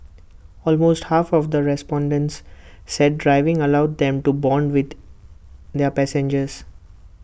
almost half of the respondents said driving allowed them to Bond with their passengers